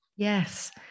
Yes